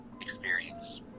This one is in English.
experience